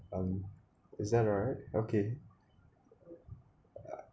um is that alright okay